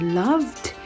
loved